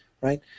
right